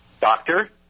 Doctor